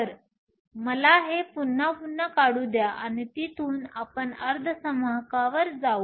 तर मला ते पुन्हा पुन्हा काढू द्या आणि तिथून आपण अर्धसंवाहकावर जाऊ